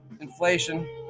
Inflation